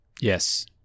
Yes